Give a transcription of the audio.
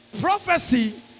Prophecy